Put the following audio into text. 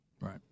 Right